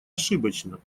ошибочно